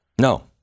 no